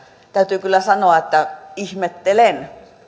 täytyy kyllä sanoa että ihmettelen